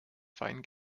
feinen